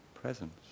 presence